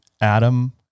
adam